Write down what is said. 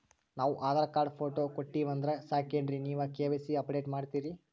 ನಾವು Aadhaar card, photo ಕೊಟ್ಟೀವಂದ್ರ ಸಾಕೇನ್ರಿ ನೀವ ಕೆ.ವೈ.ಸಿ ಅಪಡೇಟ ಮಾಡ್ತೀರಿ?